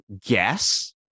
guess